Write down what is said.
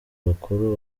bakuru